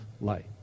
light